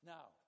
Now